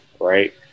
Right